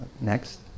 Next